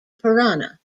purana